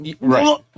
right